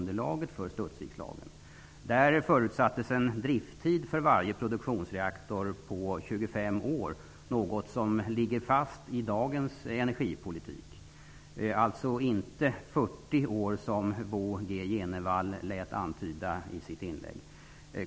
Där förutsattes en drifttid för varje produktionsreaktor på 25 år. Det är något som ligger fast i dagens energipolitik -- alltså inte 40 år som Bo G Jenevall lät antyda i sitt inlägg.